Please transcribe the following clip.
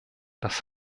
das